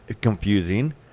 confusing